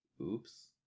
Oops